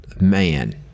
man